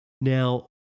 Now